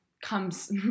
comes